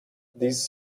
these